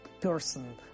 person